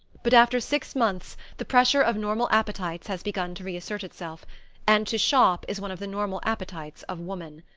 but after six months the pressure of normal appetites has begun to reassert itself and to shop is one of the normal appetites of woman.